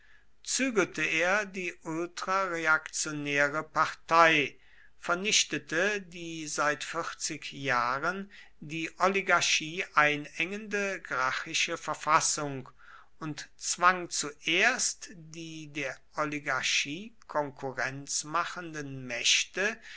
zügelte er die ultrareaktionäre partei vernichtete die seit vierzig jahren die oligarchie einengende gracchische verfassung und zwang zuerst die der oligarchie konkurrenz machenden mächte